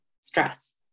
stress